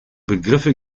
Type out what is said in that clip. begriffe